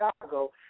Chicago